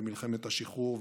במלחמת השחרור,